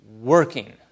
working